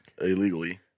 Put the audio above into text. illegally